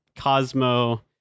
Cosmo